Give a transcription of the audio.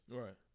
right